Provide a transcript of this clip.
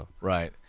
Right